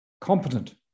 competent